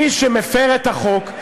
מי שמפר את החוק,